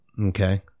Okay